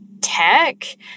tech